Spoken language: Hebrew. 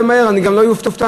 אני גם לא אופתע,